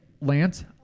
Lance